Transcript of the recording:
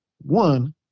one